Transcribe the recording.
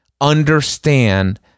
understand